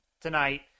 tonight